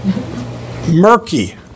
murky